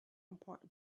important